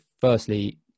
firstly